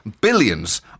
billions